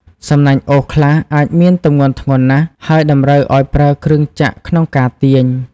សំណាញ់អូសខ្លះអាចមានទម្ងន់ធ្ងន់ណាស់ ហើយតម្រូវឲ្យប្រើគ្រឿងចក្រក្នុងការទាញ។